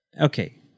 okay